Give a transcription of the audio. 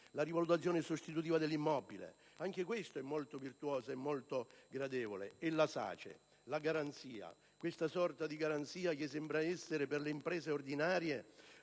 la rivalutazione sostitutiva dell'immobile, anche questa molto virtuosa e positiva, e la SACE, questa sorta di garanzia che sembra essere per le imprese ordinarie